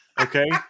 Okay